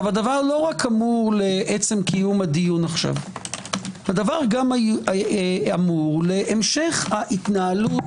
הדבר לא רק אמור לעצם קיום הדיון כעת אלא גם להמשך ההתנהלות